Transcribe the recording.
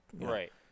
right